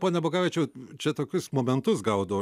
pone bogavičiau čia tokius momentus gaudo